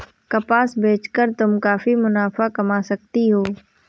कपास बेच कर तुम काफी मुनाफा कमा सकती हो